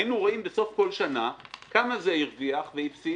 היינו רואים בסוף כל שנה כמה זה הרוויח והפסיד,